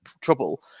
trouble